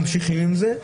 ממשיכים עם זה.